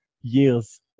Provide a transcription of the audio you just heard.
years